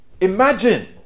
Imagine